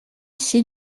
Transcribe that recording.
ici